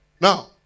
Now